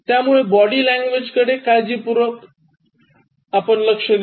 त्यामुळे बॉडी लँग्वेजकडे काळजीपूर्वक लक्ष द्या